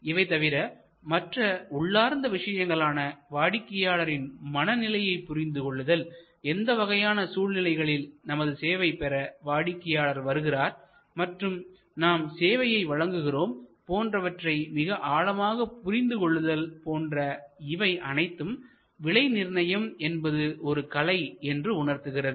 இவை தவிர மற்ற உள்ளார்ந்த விஷயங்களான வாடிக்கையாளரின் மனநிலையை புரிந்து கொள்ளுதல்எந்த வகையான சூழ்நிலைகளில் நமது சேவையைப் பெற வாடிக்கையாளர் வருகிறார் மற்றும் நாம் சேவையை வழங்குகிறோம் போன்றவற்றை மிக ஆழமாக புரிந்து கொள்ளுதல் போன்ற இவை அனைத்தும் விலை நிர்ணயம் என்பது ஒரு கலை என்று உணர்த்துகிறது